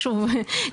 שוב,